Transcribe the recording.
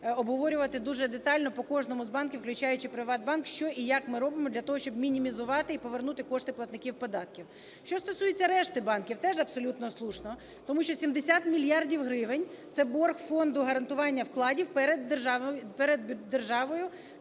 обговорювати дуже детально по кожному з банків, включаючи "ПриватБанк", що і як ми робимо для того, щоб мінімізувати і повернути кошти платників податків. Що стосується решти банків, теж абсолютно слушно. Тому що 70 мільярдів гривень – це борг Фонду гарантування вкладів перед державою,